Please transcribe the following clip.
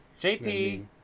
JP